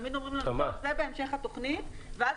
תמיד אומרים לנו שזה בהמשך התוכנית ואז